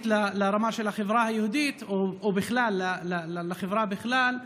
לרמה של החברה היהודית או לחברה בכלל,